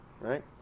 Right